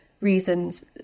reasons